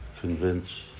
convince